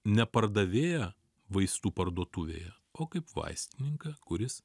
nepardavinėją vaistų parduotuvėje o kaip vaistininką kuris